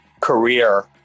career